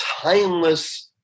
timeless